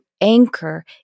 anchor